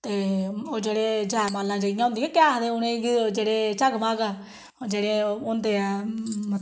ते ओह् जेह्ड़े जै माला जेहियां होंदियां केह् आखदे उ'नें गी ओह् जेह्ड़े जगमग ओह् जेह्ड़े होंदे ऐ मतलब